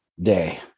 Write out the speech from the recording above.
day